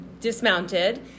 dismounted